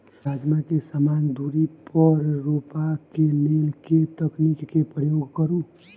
राजमा केँ समान दूरी पर रोपा केँ लेल केँ तकनीक केँ प्रयोग करू?